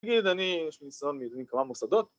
‫נגיד אני יש לי ניסיון ‫מכמה מוסדות,